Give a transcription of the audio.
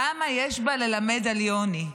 כמה יש בה כדי ללמד על יוני.